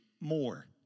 more